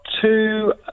two